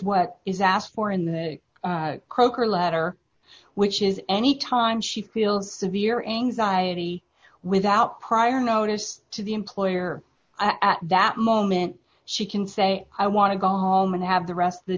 what is asked for in the croaker letter which is any time she feels severe anxiety without prior notice to the employer at that moment she can say i want to go home and have the rest of the